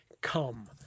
come